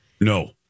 no